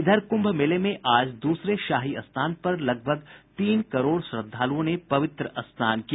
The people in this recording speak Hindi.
इधर कुंभ मेले में आज दूसरे शाही स्नान पर लगभग तीन करोड़ श्रद्धालुओं ने पवित्र स्नान किया